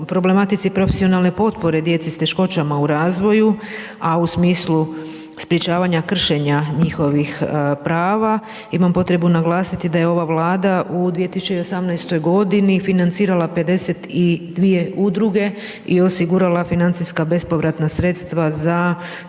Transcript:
o problematici profesionalne potpore djece s teškoćama u razvoju, a u smislu sprječavanja, kršenja njihovih prava, imam potrebu naglasiti, da je ova vlada u 2018.g. financirala 52 udruge i osigurala financijska bespovratna sredstva za